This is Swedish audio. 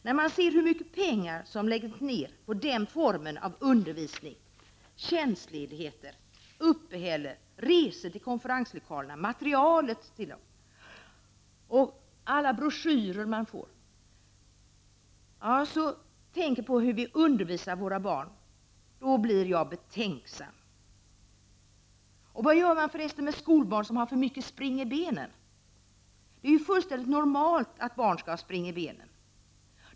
När man ser hur mycket pengar som läggs ner på den formen av undervisning, tjänstledigheter, uppehälle, resor till konferenslokalerna och materialet till dem och alla broschyrer man får och jämför med hur vi undervisar våra barn, då blir jag betänksam! Och vad gör man för resten med skolbarn som har för mycket spring i benen? Det är ju fullständigt normalt att barn har spring i benen.